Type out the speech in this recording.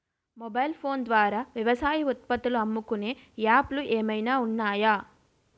Mobile phone ద్వారా వ్యవసాయ ఉత్పత్తులు అమ్ముకునే యాప్ లు ఏమైనా ఉన్నాయా?